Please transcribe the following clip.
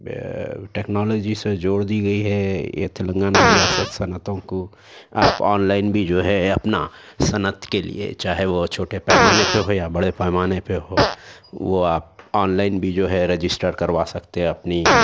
technology سے جوڑ دی گئی ہے یہ تلنگانہ ریاست صنعتوں کو آپ آن لائن بھی جو ہے اپنا صنعت کے لئے چاہے وہ چھوٹے پیمانے پہ ہو یا بڑے پیمانے پہ ہو وہ آپ آن لائن بھی جو ہے رجسٹر کروا سکتے اپنی